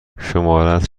شمارهات